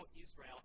Israel